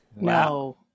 No